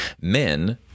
men